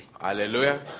Hallelujah